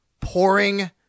pouring